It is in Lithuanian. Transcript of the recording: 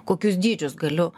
kokius dydžius galiu